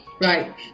Right